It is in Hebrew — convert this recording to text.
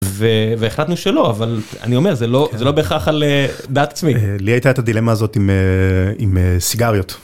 והחלטנו שלא אבל אני אומר זה לא זה לא בהכרח על דעת עצמי. לי הייתה את הדילמה הזאת עם סיגריות.